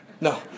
no